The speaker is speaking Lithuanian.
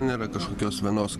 nėra kažkokios vienos